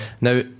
Now